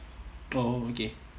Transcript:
oh okay